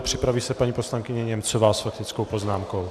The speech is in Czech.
Připraví se paní poslankyně Němcová s faktickou poznámkou.